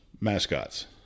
mascots